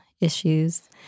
Issues